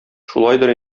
шулайдыр